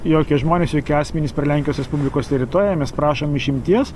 jokie žmonės jokie asmenys per lenkijos respublikos teritoriją mes prašom išimties